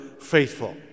faithful